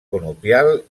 conopial